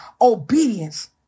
Obedience